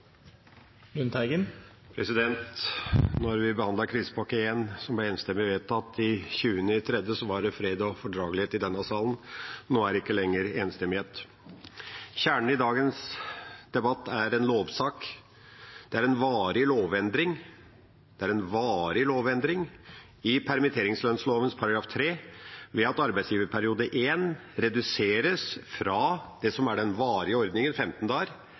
vi behandlet krisepakke 1, som ble enstemmig vedtatt 20. mars, var det fred og fordragelighet i denne salen. Nå er det ikke lenger enstemmighet. Kjernen i dagens debatt er en lovsak. Det er en varig lovendring i permitteringslønnsloven § 3 ved at arbeidsgiverperiode I reduseres fra det som er den varige ordningen, 15 dager,